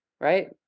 right